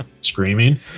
screaming